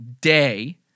day